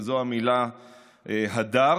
וזו המילה "הדר".